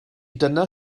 dyna